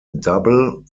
double